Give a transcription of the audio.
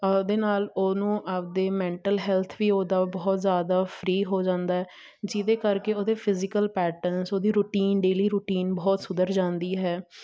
ਆਪਦੇ ਨਾਲ ਉਹਨੂੰ ਆਪਦੇ ਮੈਂਟਲ ਹੈਲਥ ਵੀ ਉਹਦਾ ਬਹੁਤ ਜ਼ਿਆਦਾ ਫ੍ਰੀ ਹੋ ਜਾਂਦਾ ਜਿਹਦੇ ਕਰਕੇ ਉਹਦੇ ਫਿਜ਼ੀਕਲ ਫਿਟਨੈਸ ਉਹਦੀ ਰੂਟੀਨ ਡੇਲੀ ਰੂਟੀਨ ਬਹੁਤ ਸੁਧਰ ਜਾਂਦੀ ਹੈ